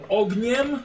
ogniem